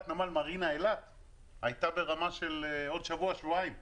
נמל מרינה אילת הייתה ברמה של עוד שבוע-שבועיים,